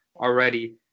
already